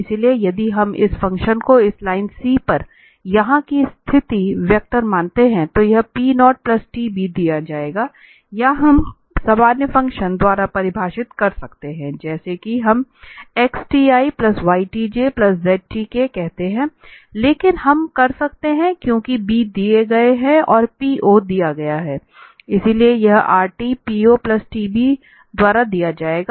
इसलिए यदि हम इस फ़ंक्शन को इस लाइन C पर यहां की स्थिति वेक्टर मानते हैं तो यह P0tb दिया जाएगा या हम सामान्य फ़ंक्शन द्वारा परिभाषित कर सकते हैं जैसा कि हम xtiytjzk करते हैं लेकिन हम कर सकते हैं क्योंकि b दिया गया है और P0 दिया गया है इसलिए यह rt P0tb द्वारा दिया जाएगा